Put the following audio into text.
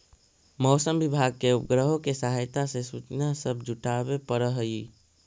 मौसम विभाग के उपग्रहों के सहायता से सूचना सब जुटाबे पड़ हई